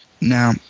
Now